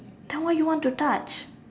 then what you want to touch